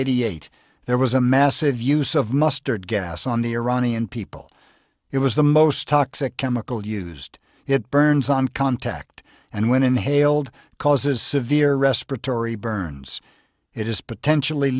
eighty eight there was a massive use of mustard gas on the iranian people it was the most toxic chemical used it burns on contact and when inhaled causes severe respiratory burns it is potentially